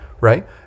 right